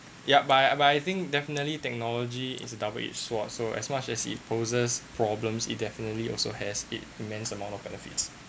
yup but I but I think definitely technology is a double edge sword ah so as much as it poses problems it definitely also has its immense amount of benefits